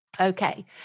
Okay